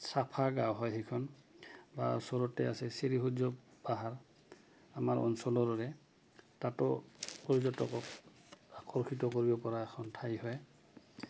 চাফা গাওঁ হয় সেইখন বা ওচৰতে আছে শ্ৰী সূৰ্যৱ পাহাৰ আমাৰ অঞ্চলৰে তাতো পৰ্যটকক আকৰ্ষিত কৰিব পৰা এখন ঠাই হয়